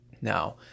Now